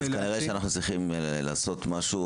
כנראה שאנחנו צריכים לעשות משהו,